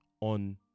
on